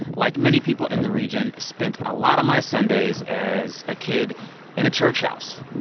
like many people in the region, spent a lot of my sundays as a kid in a church house.